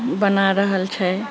बना रहल छै